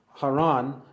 Haran